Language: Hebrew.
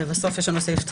הכנסת.